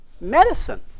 Medicine